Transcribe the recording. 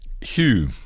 Hugh